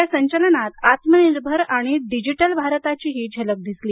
या संचलनात आत्मनिर्भर आणि डिजिटल भारताचीही झलक दिसली